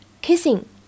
Kissing